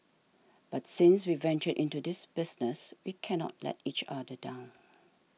but since we ventured into this business we cannot let each other down